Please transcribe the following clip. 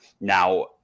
Now